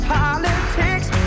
politics